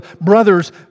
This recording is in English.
brothers